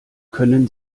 können